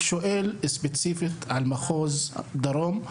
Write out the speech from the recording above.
כבוד היושב-ראש, אני שואל ספציפית על מחוז דרום.